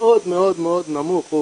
מאוד מאוד מאוד נמוך,